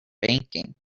banking